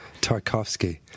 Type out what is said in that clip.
Tarkovsky